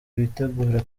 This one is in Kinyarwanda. witegura